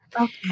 Okay